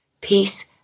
Peace